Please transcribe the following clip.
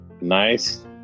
Nice